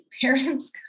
parents